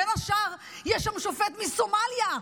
בין השאר יש שם שופט מסומליה,